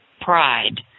pride